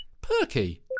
perky